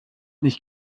nicht